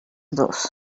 dos